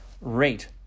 Rate